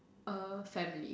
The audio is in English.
a family